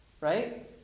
right